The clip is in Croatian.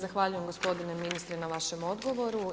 Zahvaljujem gospodine ministre na vašem odgovoru.